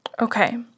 Okay